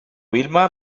vilma